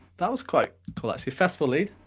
that was quite cool actually, festival lead.